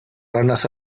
runners